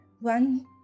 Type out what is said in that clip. one